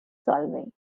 solving